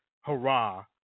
hurrah